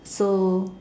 so